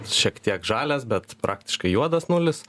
šiek tiek žalias bet praktiškai juodas nulis